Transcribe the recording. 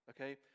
okay